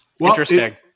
interesting